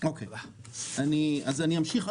אז אני אמשיך,